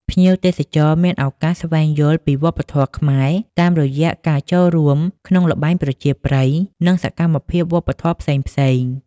ភ្ញៀវទេសចរមានឱកាសស្វែងយល់ពីវប្បធម៌ខ្មែរ តាមរយៈការចូលរួមក្នុងល្បែងប្រជាប្រិយ និងសកម្មភាពវប្បធម៌ផ្សេងៗ។